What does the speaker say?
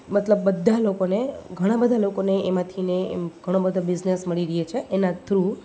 મતલબ બધા લોકોને ઘણાં બધાં લોકોને એમાંથીને ઘણો બધો બિઝનેસ મળી રહે છે એના થ્રુ